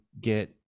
get